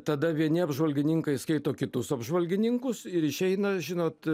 tada vieni apžvalgininkai skaito kitus apžvalgininkus ir išeina žinot